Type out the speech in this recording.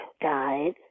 died